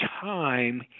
time